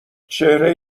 چهره